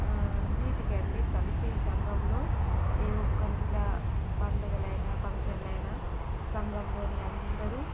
అన్నిటికి అండి కలిసి సంఘంలో ఏ ఒక్కరి ఇంట్లో పండగలు అయినా ఫంక్షన్లు అయినా సంఘంలోని అందరూ